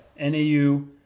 NAU